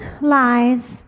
lies